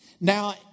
Now